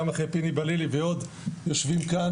גם אחרי פיני בלילי ואחרים שיושבים כאן.